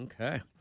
Okay